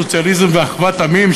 סוציאליזם ואחוות עמים,